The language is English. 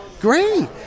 great